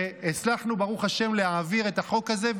והצלחנו ברוך השם להעביר את החוק הזה,